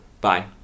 Bye